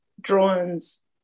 drawings